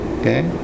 okay